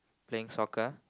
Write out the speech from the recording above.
playing soccer